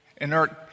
inert